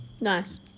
Nice